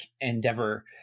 endeavor